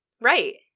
Right